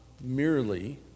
merely